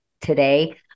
today